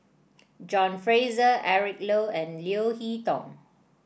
John Fraser Eric Low and Leo Hee Tong